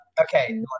okay